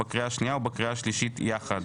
בקריאה השנייה והשלישית יחד.